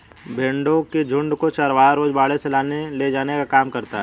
भेंड़ों के झुण्ड को चरवाहा रोज बाड़े से लाने ले जाने का काम करता है